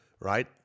right